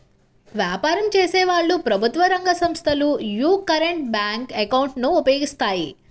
వ్యాపారం చేసేవాళ్ళు, ప్రభుత్వ రంగ సంస్ధలు యీ కరెంట్ బ్యేంకు అకౌంట్ ను ఉపయోగిస్తాయి